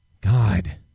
God